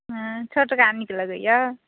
हँ छोटका नीक लगैए